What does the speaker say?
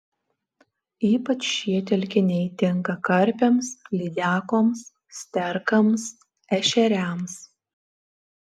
ypač šie telkiniai tinka karpiams lydekoms sterkams ešeriams